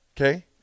Okay